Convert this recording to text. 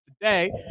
today